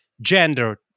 gender